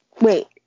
Wait